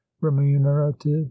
remunerative